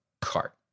cart